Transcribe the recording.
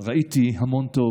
ראיתי המון טוב.